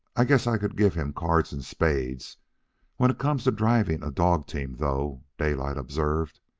i guess i could give him cards and spades when it comes to driving a dog-team, though, daylight observed,